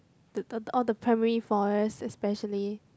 all the primary forest especially